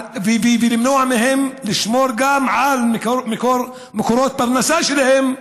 למנוע מהם לשמור על מקורות פרנסה שלהם,